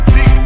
See